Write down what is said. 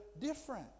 different